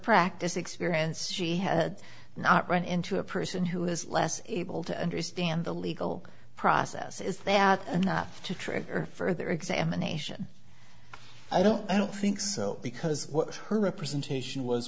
practice experience she had not run into a person who is less able to understand the legal process is that enough to trigger further examination i don't i don't think so because what her representation was